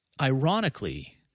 ironically